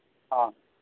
ᱦᱮᱸ